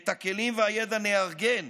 את הכלים והידע נארגן,